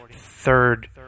third